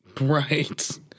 Right